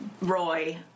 Roy